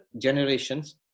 generations